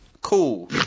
cool